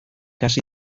hasi